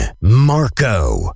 Marco